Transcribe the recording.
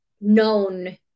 known